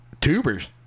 Tubers